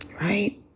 Right